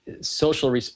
social